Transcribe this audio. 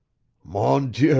mon dieu,